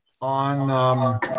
on